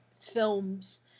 films